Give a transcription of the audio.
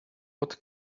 what